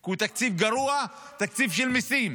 כי הוא תקציב גרוע, תקציב של מיסים.